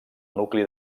nucli